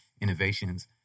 innovations